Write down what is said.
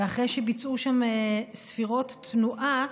ואחרי שביצעו שם ספירות תנועה,